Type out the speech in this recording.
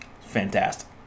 Fantastic